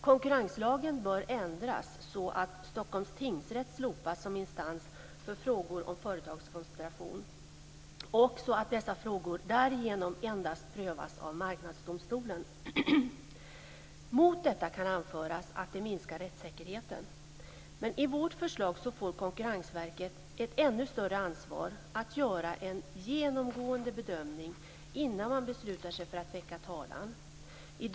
Konkurrenslagen bör ändras så att Stockholms tingsrätt slopas som instans för frågor om företagskoncentration och så att dessa frågor därigenom endast prövas av Marknadsdomstolen. Mot detta kan anföras att det minskar rättssäkerheten. Men i vårt förslag får Konkurrensverket ett ännu större ansvar för att göra en genomgående bedömning innan man beslutar sig för att väcka talan.